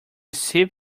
sip